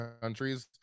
countries